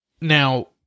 Now